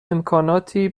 امکاناتی